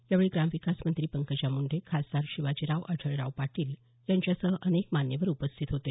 यावेळी ग्रामविकास मंत्री पंकजा मुंडे खासदार शिवाजीराव आढळराव पाटील यांच्यासह अनेक मान्यवर उपस्थित होते